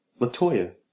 LaToya